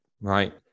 right